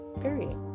Period